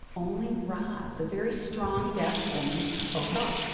only roz. a very strong deaf woman spoke up.